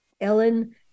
Ellen